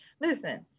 listen